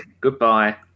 Goodbye